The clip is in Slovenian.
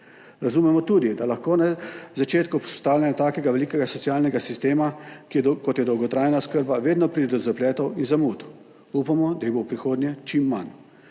razumemo tudi, da lahko na začetku vzpostavljanja takega velikega socialnega sistema, kot je dolgotrajna oskrba, vedno pride do zapletov in zamud. Upamo, da jih bo v prihodnje čim manj,